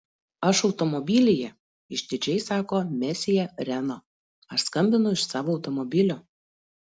aš automobilyje išdidžiai sako mesjė reno aš skambinu iš savo automobilio